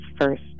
first